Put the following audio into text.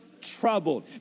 troubled